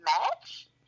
match